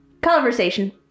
conversation